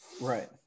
right